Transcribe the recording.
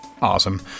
Awesome